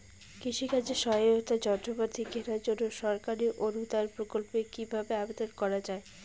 কৃষি কাজে সহায়তার যন্ত্রপাতি কেনার জন্য সরকারি অনুদান প্রকল্পে কীভাবে আবেদন করা য়ায়?